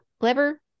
Lever